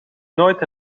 nooit